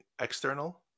external